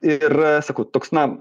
ir sakau toks na